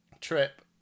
Trip